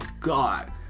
God